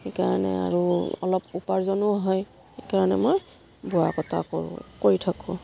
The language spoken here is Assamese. সেইকাৰণে আৰু অলপ উপাৰ্জনো হয় সেইকাৰণে মই বোৱা কটা কৰোঁ কৰি থাকোঁ